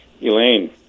Elaine